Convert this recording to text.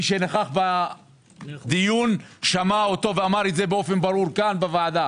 מי שנכח בדיון שמע אותו ואמר את זה ברורות כאן בוועדה